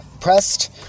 Pressed